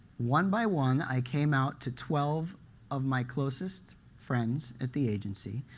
one by one i came out to twelve of my closest friends at the agency,